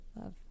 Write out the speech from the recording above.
Love